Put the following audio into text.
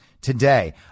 today